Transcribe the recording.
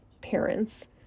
parents